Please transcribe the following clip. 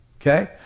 okay